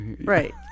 Right